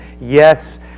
Yes